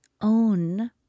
own